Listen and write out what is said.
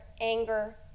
anger